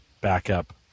backup